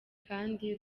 kandi